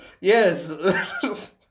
Yes